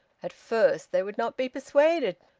at first they would not be persuaded!